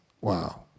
wow